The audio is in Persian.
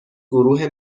گروه